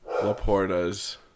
laporta's